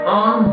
on